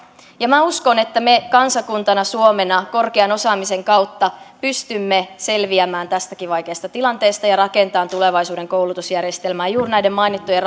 minä uskon että me kansakuntana suomena korkean osaamisen kautta pystymme selviämään tästäkin vaikeasta tilanteesta ja rakentamaan tulevaisuuden koulutusjärjestelmää juuri näiden mainittujen